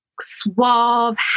suave